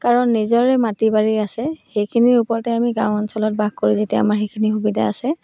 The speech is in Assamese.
কাৰণ নিজৰে মাটি বাৰী আছে সেইখিনিৰ ওপৰতে আমি গাঁও অঞ্চলত বাস কৰোঁ যেতিয়া আমাৰ সেইখিনি সুবিধা আছে